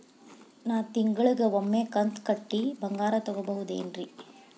ನಾ ತಿಂಗಳಿಗ ಒಮ್ಮೆ ಕಂತ ಕಟ್ಟಿ ಬಂಗಾರ ತಗೋಬಹುದೇನ್ರಿ?